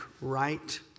right